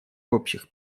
общих